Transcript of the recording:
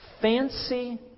Fancy